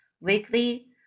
weekly